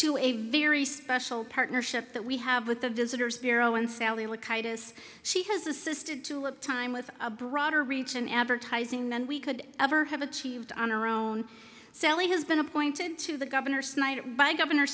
to a very special partnership that we have with the visitors bureau and sally wood she has assisted tulip time with a broader reach in advertising than we could ever have achieved sally has been appointed to the governor snyder by governor